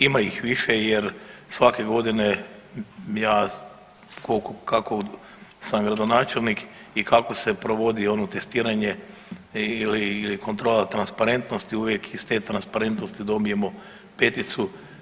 Ima ih više jer svake godine ja kako sam gradonačelnik i kako se provodi ono testiranje ili, ili kontrola transparentnosti uvijek iz te transparentnosti dobijemo peticu.